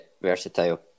versatile